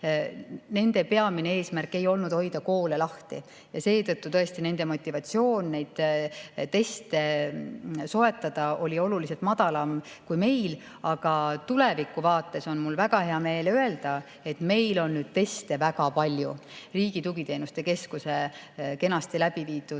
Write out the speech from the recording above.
Nende peamine eesmärk ei olnud hoida koole lahti ja seetõttu tõesti nende motivatsioon neid teste soetada oli oluliselt madalam kui meil. Aga tulevikuvaates on mul väga hea meel öelda, et meil on nüüd teste väga palju. Riigi Tugiteenuste Keskuse kenasti läbiviidud